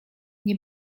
nie